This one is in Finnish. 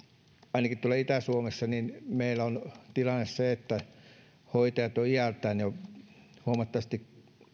ainakin tuolla itä suomessa meillä on tilanne se että hoitajat ovat iältään jo huomattavasti